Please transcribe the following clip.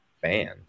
band